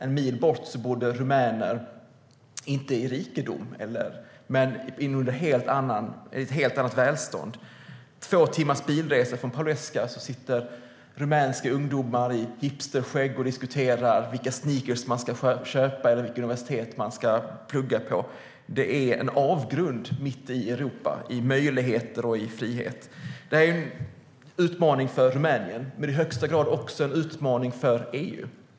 En mil bort bodde rumäner - inte i rikedom, men i ett helt annat välstånd. Två timmars bilresa från Pauleasca sitter rumänska ungdomar med hipsterskägg och diskuterar vilka sneakers man ska köpa och vilka universitet man ska plugga på. Det är en avgrund mitt i Europa i möjligheter och frihet. Detta är en utmaning för Rumänien men i högsta grad också en utmaning för EU.